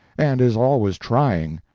and is always trying.